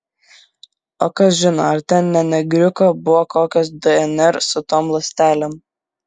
o kas žino ar ten ne negriuko buvo kokios dnr su tom ląstelėm